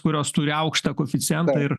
kurios turi aukštą koeficientą ir